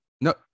No